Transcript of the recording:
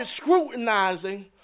scrutinizing